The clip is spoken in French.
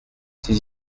ces